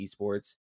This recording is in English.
Esports